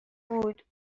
بود